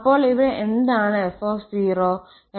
അപ്പോൾ ഇവിടെ എന്താണ് f